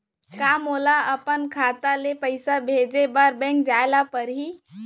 का मोला अपन खाता ले पइसा भेजे बर बैंक जाय ल परही?